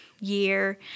year